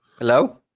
Hello